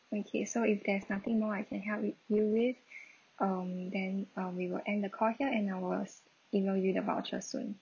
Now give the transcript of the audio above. okay so if there's nothing more I can help wi~ you with um then uh we will end the call here and I will email you the voucher soon